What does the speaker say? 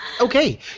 Okay